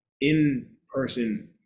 in-person